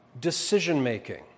decision-making